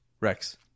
Rex